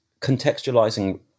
contextualizing